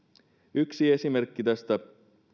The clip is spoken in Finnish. yksi esimerkki tästä